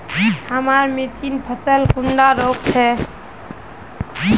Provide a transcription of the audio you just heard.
हमार मिर्चन फसल कुंडा रोग छै?